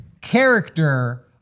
character